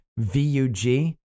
VUG